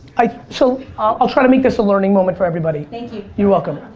i'll so ah i'll try to make this a learning moment for everybody. thank you. you're welcome.